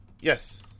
Yes